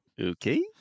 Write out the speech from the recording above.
Okay